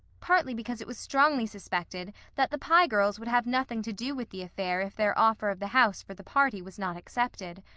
partly because it was strongly suspected that the pye girls would have nothing to do with the affair if their offer of the house for the party was not accepted.